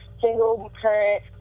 single-parent